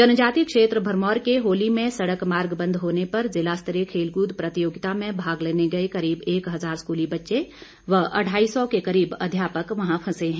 जनजातीय क्षेत्र भरमौर के होली में सड़क मार्ग बंद होने पर जिला स्तरीय खेलकूद प्रतियोगिता में भाग लेने गए करीब एक हजार स्कूली बच्चे व ढाई सौ के करीब अध्यापक वहां फंसे हैं